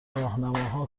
راهنماها